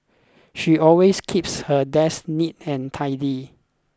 she always keeps her desk neat and tidy